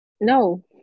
No